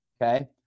Okay